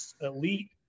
elite